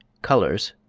colours